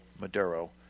Maduro